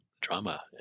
drama